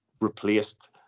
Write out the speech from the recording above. replaced